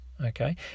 okay